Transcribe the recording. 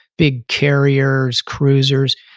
big carriers, cruisers.